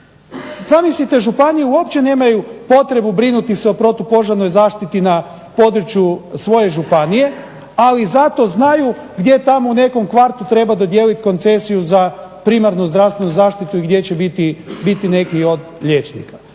Zamislite županije uopće nemaju potrebu brinuti se o protupožarnoj zaštiti na području svoje županije, ali zato znaju gdje tamo u nekom kvartu treba dodijeliti koncesiju za primarnu zdravstvenu zaštitu i gdje će biti neki od liječnika.